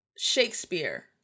Shakespeare